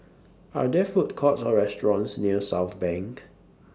Are There Food Courts Or restaurants near Southbank